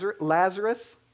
Lazarus